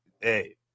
Hey